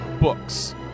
books